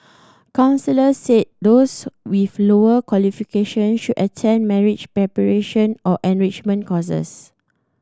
counsellors said those with lower qualification should attend marriage preparation or enrichment courses